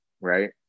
right